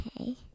Okay